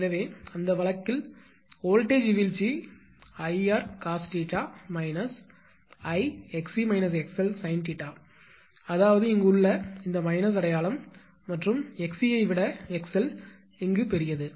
எனவே அந்த வழக்கில் வோல்ட்டேஜ் வீழ்ச்சி 𝐼𝑟 cos 𝜃 𝐼 𝑥𝑐 𝑥𝑙 sin 𝜃 அதாவது இங்குள்ள இந்த மைனஸ் அடையாளம் மற்றும் 𝑥𝑐 ஐ விட 𝑥𝑙 பெரியது